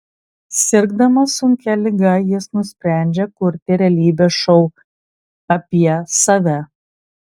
sirgdamas sunkia liga jis nusprendžia kurti realybės šou apie save